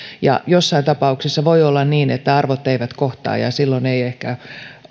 ja joissain tapauksissa voi olla niin että arvot eivät kohtaa ja silloin ei ehkä